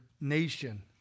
nation